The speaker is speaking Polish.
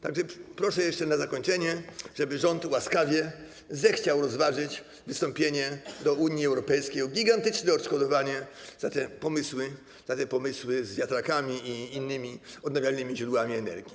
Tak że proszę jeszcze na zakończenie, żeby rząd łaskawie zechciał rozważyć wystąpienie do Unii Europejskiej o gigantyczne odszkodowanie za te pomysły z wiatrakami i innymi odnawialnymi źródłami energii.